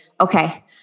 okay